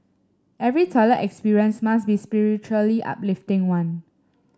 every toilet experience must be spiritually uplifting one